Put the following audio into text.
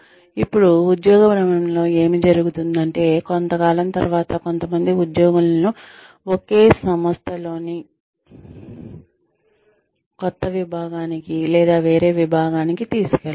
ఇప్పుడు ఉద్యోగ భ్రమణంలో ఏమి జరుగుతుందంటే కొంత కాలం తరువాత కొంతమంది ఉద్యోగులను ఒకే సంస్థలోని కొత్త భాగానికి లేదా వేరే విభాగానికి తీసుకువెళతారు